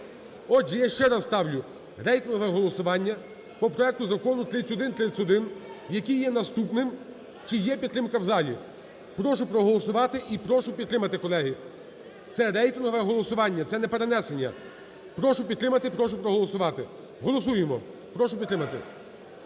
Отже, я ще раз ставлю рейтингове голосування по проекту закону 3131, який є наступним. Чи є підтримка в залі? Прошу проголосувати і прошу підтримати, колеги, це рейтингове голосування, це не перенесення. Прошу підтримати, прошу проголосувати, голосуємо, прошу підтримати.